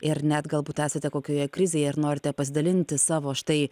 ir net galbūt esate kokioje krizėje ar norite pasidalinti savo štai